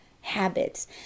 habits